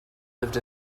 lived